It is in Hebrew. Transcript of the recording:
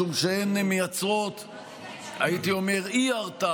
משום שהן מייצרות אי-הרתעה,